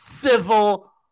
civil